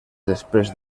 després